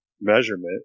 measurement